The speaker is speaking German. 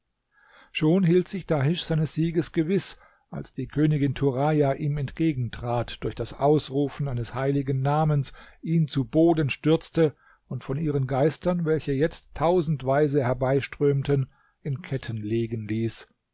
schon hielt sich dahisch seines sieges gewiß als die königin turaja ihm entgegentrat durch das ausrufen eines heiligen namens ihn zu boden stürzte und von ihren geistern welche jetzt tausendweise herbeiströmten in ketten legen ließ